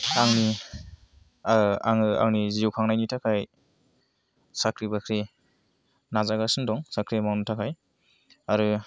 आंनि आङो आंनि जिउ खांनायनि थाखाय साख्रि बाख्रि नाजागासिनो दं साख्रि मावनो थाखाय आरो